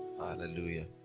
Hallelujah